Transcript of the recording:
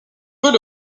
peut